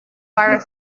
war